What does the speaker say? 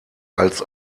als